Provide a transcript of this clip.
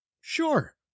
Sure